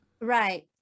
right